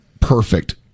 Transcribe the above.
perfect